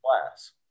class